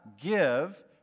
give